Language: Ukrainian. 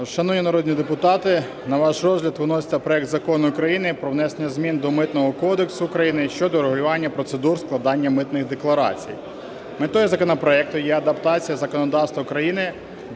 Шановні народні депутати, на ваш розгляд виноситься проект Закону України про внесення змін до Митного кодексу України щодо урегулювання процедури складання митних декларацій. Метою законопроекту є адаптація законодавства України